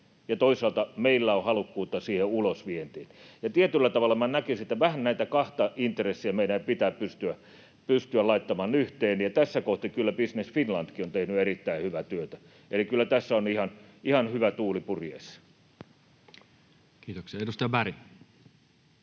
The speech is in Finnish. toisaalta meillä on halukkuutta siihen ulosvientiin. Ja tietyllä tavalla minä näkisin, että vähän näitä kahta intressiä meidän pitää pystyä laittamaan yhteen, ja tässä kohti kyllä Business Finlandkin on tehnyt erittäin hyvää työtä. Eli kyllä tässä on ihan hyvä tuuli purjeessa. [Speech 311] Speaker: